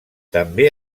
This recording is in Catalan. també